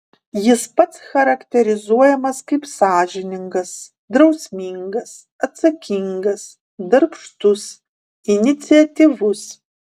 jis pats charakterizuojamas kaip sąžiningas drausmingas atsakingas darbštus iniciatyvus